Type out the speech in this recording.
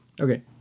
Okay